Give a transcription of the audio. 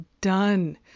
done